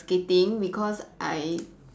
skating because I